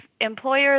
employers